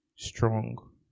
strong